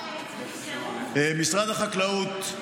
משרד החקלאות,